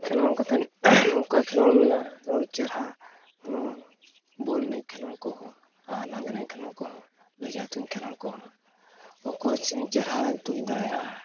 ᱠᱷᱮᱞᱳᱰ ᱠᱟᱛᱮᱫ ᱱᱚᱝᱠᱟ ᱠᱷᱮᱞᱳᱰ ᱢᱮᱱᱟᱜᱼᱟ ᱪᱮᱨᱦᱟ ᱱᱚᱣᱟ ᱵᱚᱞ ᱮᱱᱮᱡ ᱠᱷᱮᱞᱳᱰ ᱠᱚ ᱦᱚᱸ ᱟᱨ ᱞᱟᱜᱽᱲᱮ ᱠᱷᱮᱞᱳᱰ ᱠᱚ ᱦᱚᱸ ᱵᱮᱡᱷᱟ ᱛᱩᱧ ᱠᱷᱮᱞᱳᱰ ᱠᱚ ᱦᱚᱸ ᱚᱠᱚᱭ ᱛᱤᱱᱟᱹᱜ ᱪᱮᱨᱦᱟ ᱛᱩᱧ ᱫᱟᱲᱮᱭᱟᱜᱼᱟᱭ